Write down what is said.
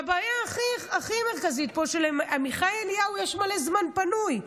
והבעיה הכי מרכזית פה היא שלעמיחי אליהו יש מלא זמן פנוי,